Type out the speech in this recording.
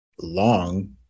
long